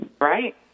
Right